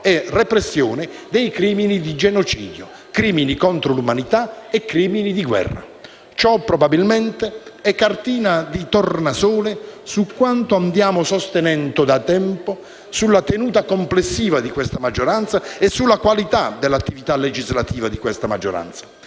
e repressione dei crimini di genocidio, crimini contro l'umanità e crimini di guerra. Ciò probabilmente è cartina di tornasole su quanto sosteniamo da tempo sulla tenuta complessiva di questa maggioranza e sulla qualità della sua attività legislativa. Eppure, la scelta